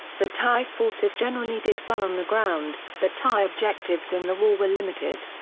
the thai forces generally did well on the ground, but thai objectives in the war were limited.